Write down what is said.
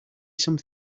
some